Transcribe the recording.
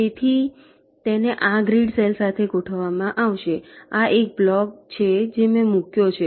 તેથી તેને આ ગ્રીડ સેલ સાથે ગોઠવવામાં આવશે આ એક બ્લોક છે જે મેં મૂક્યો છે